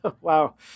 Wow